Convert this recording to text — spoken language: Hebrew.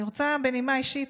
אני רוצה, בנימה אישית,